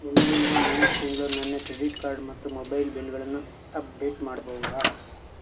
ಮುಂದಿನ ಮೂರು ತಿಂಗಳು ನನ್ನ ಕ್ರೆಡಿಟ್ ಕಾರ್ಡ್ ಮತ್ತು ಮೊಬೈಲ್ ಬಿಲ್ಗಳನ್ನು ಅಪ್ಡೇಟ್ ಮಾಡ್ಬಹುದ